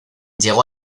llegó